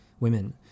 ...women